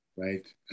right